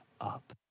up